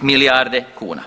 milijarde kuna.